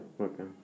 okay